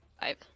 five